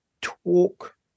Talk